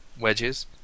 wedges